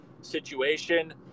situation